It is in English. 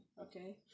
okay